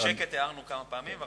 בשקט הערנו כמה פעמים.